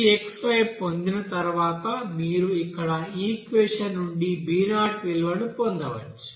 ఈ xy పొందిన తర్వాత మీరు ఇక్కడ ఈక్వెషన్ నుండి b0 విలువను పొందవచ్చు